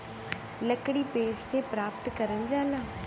लकड़ी पेड़ से प्राप्त करल जाला